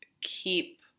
keep